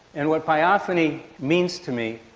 and what biophony means to me.